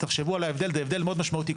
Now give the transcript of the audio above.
תחשבו על ההבדל, זה הבדל מאוד משמעותי.